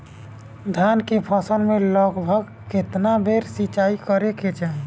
धान के फसल मे लगभग केतना बेर सिचाई करे के चाही?